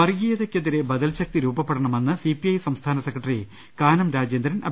വർഗീയതക്കെതിരെ ബദൽശക്തി രൂപപ്പെട്ടണമെന്ന് സിപി ഐ സംസ്ഥാന സെക്രട്ടറി കാനം രാജേന്ദ്രൻ പറഞ്ഞു